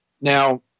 Now